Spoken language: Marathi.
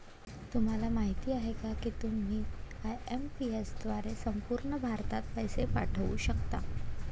तुम्हाला माहिती आहे का की तुम्ही आय.एम.पी.एस द्वारे संपूर्ण भारतभर पैसे पाठवू शकता